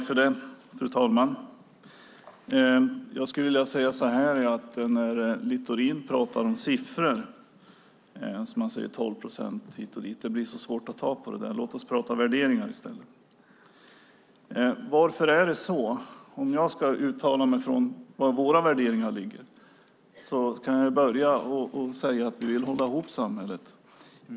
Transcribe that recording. Fru talman! Littorin pratar om siffror, 12 procent hit och dit, men det blir så svårt att ta på det så låt oss prata värderingar i stället. Om jag ska uttala mig utifrån var våra värderingar ligger kan jag börja med att säga att vi vill hålla ihop samhället.